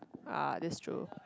ah that's true